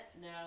No